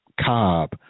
Cobb